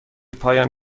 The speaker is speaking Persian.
پایم